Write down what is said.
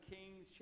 Kings